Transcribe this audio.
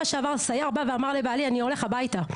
שעבר סייר בא לבעלי ואמר: אני הולך הביתה.